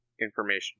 information